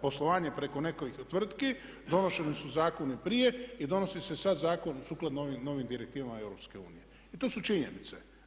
poslovanje preko nekoliko tvrtki donošeni su zakoni prije i donosi se sad zakon sukladno ovim novim direktivama EU i to su činjenice.